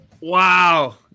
Wow